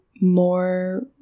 more